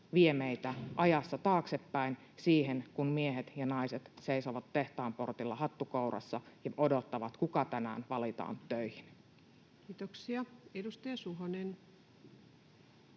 vie meitä ajassa taaksepäin: siihen, kun miehet ja naiset seisovat tehtaan portilla hattu kourassa ja odottavat, kuka tänään valitaan töihin. Kiitoksia. — Edustaja Suhonen.